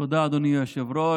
תודה, אדוני היושב-ראש.